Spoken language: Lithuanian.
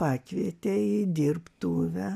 pakvietė į dirbtuvę